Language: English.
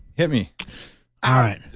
hit me all right